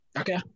okay